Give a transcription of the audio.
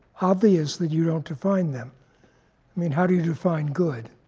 obvious that you don't define them. i mean, how do you define good?